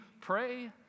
pray